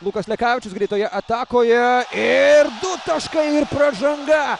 lukas lekavičius greitoje atakoje ir du taškai ir pražanga